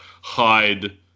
hide